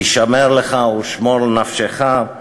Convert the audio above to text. "הִשָמר לך ושמֹר נפשך",